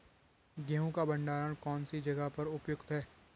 गेहूँ का भंडारण कौन सी जगह पर उपयुक्त है?